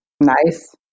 Nice